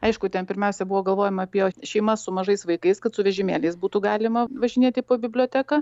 aišku ten pirmiausia buvo galvojama apie šeimas su mažais vaikais kad su vežimėliais būtų galima važinėti po biblioteką